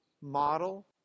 model